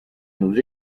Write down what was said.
nous